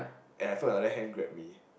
and I felt the other hand grab me